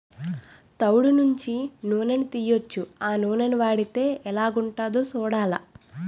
తవుడు నుండి నూనని తీయొచ్చు ఆ నూనని వాడితే ఎలాగుంటదో సూడాల